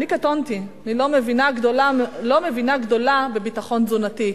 אני קטונתי, אני לא מבינה גדולה בביטחון תזונתי,